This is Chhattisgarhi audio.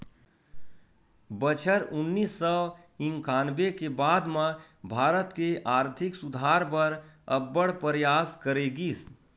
बछर उन्नीस सौ इंकानबे के बाद म भारत के आरथिक सुधार बर अब्बड़ परयास करे गिस